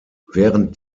während